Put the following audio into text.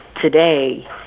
today